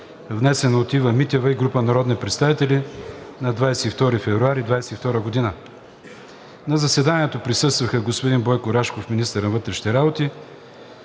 внесен от Ива Митева и група народни представители на 22 февруари 2022 г. На заседанието присъстваха: господин Бойко Рашков – министър на вътрешните работи,